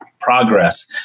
progress